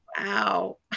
wow